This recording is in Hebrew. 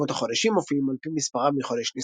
שמות החודשים מופיעים על פי מספרם מחודש ניסן,